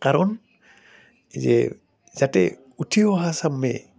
কাৰণ যে যাতে উঠি অহা চামে